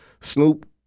Snoop